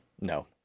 No